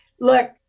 Look